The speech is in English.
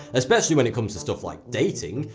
especially when it comes to stuff like dating,